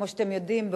כמו שאתם יודעים,